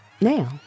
Now